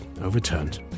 overturned